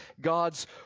God's